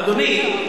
אדוני,